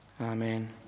Amen